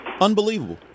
Unbelievable